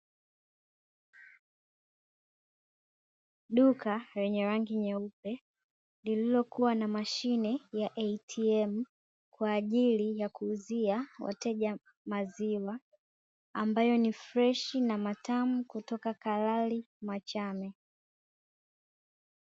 Duka lenye rangi nyeupe lililokuwa na mashine ya "ATM", kwa ajili ya kuuzia wateja maziwa, ambayo ni freshi na matamu kutoka "Kalali Machame".